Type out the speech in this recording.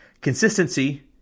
Consistency